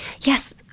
yes